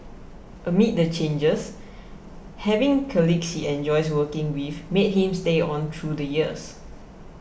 amid the changes having colleagues he enjoys working with made him stay on through the years